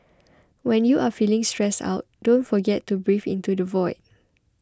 when you are feeling stressed out don't forget to breathe into the void